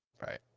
Right